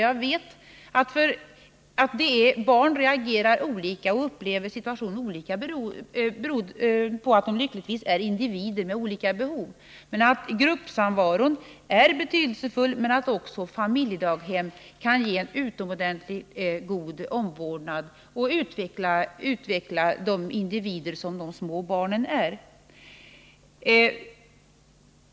Jag vet att barn reagerar olika och upplever situationer olika, beroende på att de lyckligtvis är individer med olika behov. Gruppsamvaron är betydelsefull, men också familjedaghem kan ge en utomordentligt god omvårdnad och utveckla de individer som de små barnen är.